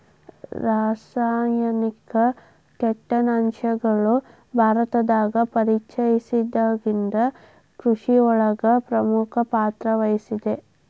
ರಾಸಾಯನಿಕ ಕೇಟನಾಶಕಗಳು ಭಾರತದಾಗ ಪರಿಚಯಸಿದಾಗನಿಂದ್ ಕೃಷಿಯೊಳಗ್ ಪ್ರಮುಖ ಪಾತ್ರವಹಿಸಿದೆ